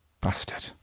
Bastard